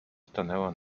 stanęła